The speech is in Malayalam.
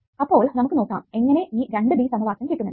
അപ്പോൾ നമുക്ക് നോക്കാം എങ്ങനെ ഈ 2B സമവാക്യം കിട്ടുമെന്ന്